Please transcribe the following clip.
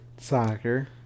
soccer